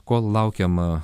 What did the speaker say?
kol laukiama